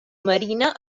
marina